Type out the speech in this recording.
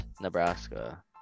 Nebraska